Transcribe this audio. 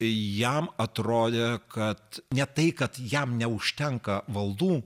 jam atrodė kad ne tai kad jam neužtenka valdų